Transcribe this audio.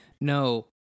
no